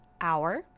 hour